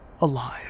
alive